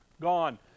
Gone